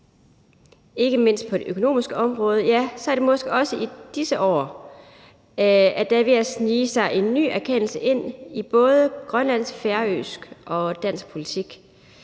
ikke mindst på det økonomiske område, ja, så er det måske også i disse år, at der er ved at snige sig en ny erkendelse ind i både grønlandsk, færøsk og dansk politik,